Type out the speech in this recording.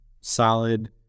solid